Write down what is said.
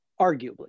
arguably